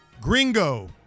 gringo